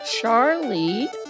Charlie